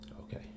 okay